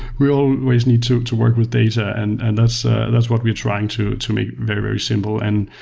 we always need to to work with data, and and that's ah that's what we're trying to to make very, very simple. and